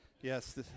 Yes